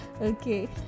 Okay